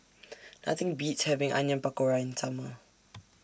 Nothing Beats having Onion Pakora in Summer